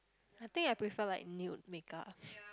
I think I prefer like nude makeup